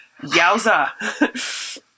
yowza